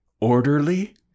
orderly